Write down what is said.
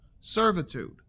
servitude